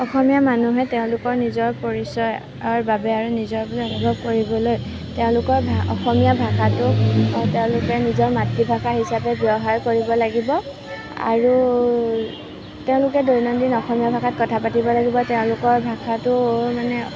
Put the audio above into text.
অসমীয়া মানুহে তেওঁলোকৰ নিজৰ পৰিচয়ৰ বাবে আৰু নিজৰ বুলি অনুভৱ কৰিবলৈ তেওঁলোকৰ ভা অসমীয়া ভাষাটো তেওঁলোকে নিজৰ মাতৃভাষা হিচাপে ব্যৱহাৰ কৰিব লাগিব আৰু তেওঁলোকে দৈনন্দিন অসমীয়া ভাষাত কথা পাতিব লাগিব তেওঁলোকৰ ভাষাটোও মানে